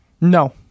No